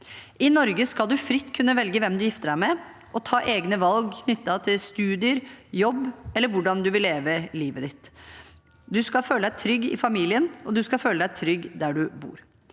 I Norge skal du fritt kunne velge hvem du gifter deg med, og ta egne valg knyttet til studier, jobb eller hvordan du vil leve livet ditt. Du skal føle deg trygg i familien, og du skal føle deg trygg der du bor.